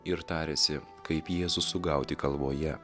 ir tarėsi kaip jėzų sugauti kalvoje